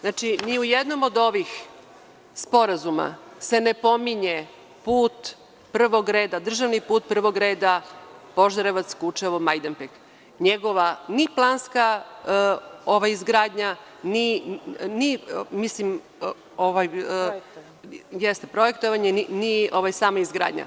Znači, ni u jednom od ovih sporazuma se ne pominje put prvog reda, državni put prvog reda Požarevac-Kučevo-Majdanpek, njegova ni planska izgradnja, ni projektovanje, ni sama izgradnja.